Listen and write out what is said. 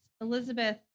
Elizabeth